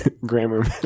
Grammar